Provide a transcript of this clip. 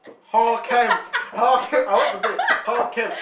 how can how can I want to say how can